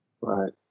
Right